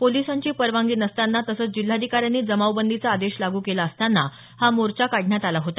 पोलिसांची परवानगी नसताना तसंच जिल्हाधिकाऱ्यांनी जमाव बंदीचा आदेश लागू केला असताना हा मोर्चा काढण्यात आला होता